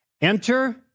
Enter